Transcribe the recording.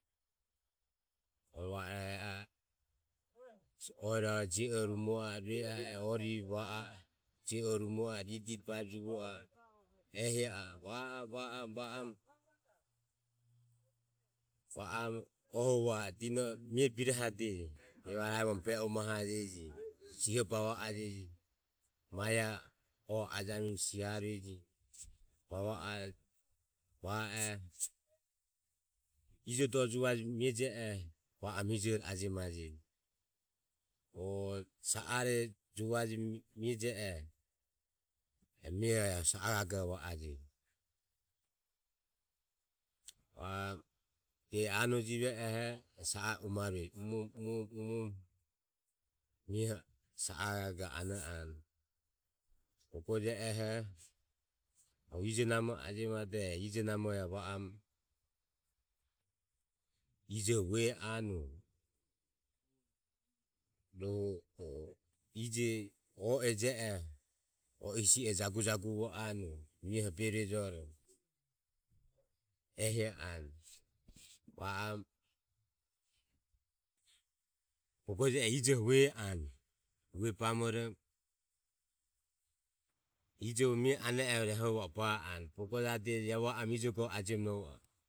Hu va e o e a e oero arua je ore rumo a e rue a e orire rue a e je ore rumo a e mie ride babo juvo a e ehi oromo va oromo va oromo va oromo ohuro va o dino e mie birohadeje evare aevoromo be umahajeje siho bava o je oho oho ajamiromo siharue, bava e oho ijo dore juvaje mie je oho va oromo ijore ajemajeji. o sa are juvaje mie je oho e mioho sa a gagore va ajeji va oromo he a e anojive oho eho sa a umarueje. umoromo umoromo mioho sa a gagore ano anue. Bogo je oho e ijo namore ajemadoho eho ajemo anue, ijoho vue anue, rohu ije o e je oho o i hisoho jagu jaguvo anue mioho berovojoro ehi o anue va iranoho bogo je oho ijoho vue anue. Vue bamoromo ijohuro mie ane oho ehuro va o bae anue. o bogo jadeje iae va oromo ijo gore ajemo novo a e.